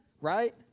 right